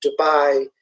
Dubai